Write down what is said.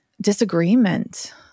disagreement